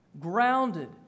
Grounded